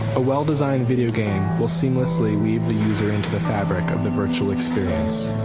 a well-designed video game will seamlessly weave the user into the fabric of the virtual experience.